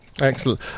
Excellent